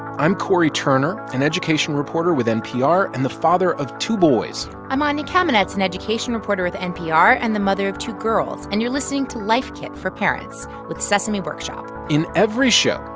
i'm cory turner, an education reporter with npr and the father of two boys i'm anya kamenetz, an education reporter with npr and the mother of two girls. and you're listening to life kit for parents, with sesame workshop in every show,